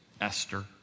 Esther